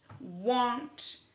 want